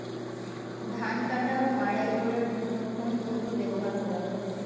ধান কাটা ও মাড়াই করার জন্য কোন যন্ত্র ব্যবহার করা হয়?